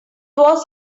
was